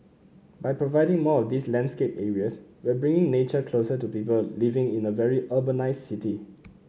by providing more of these landscape areas we're bringing nature closer to people living in a very urbanised city